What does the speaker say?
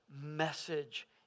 message